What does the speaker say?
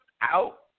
out